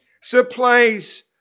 supplies